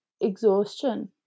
exhaustion